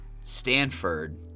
Stanford